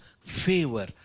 favor